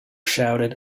shouted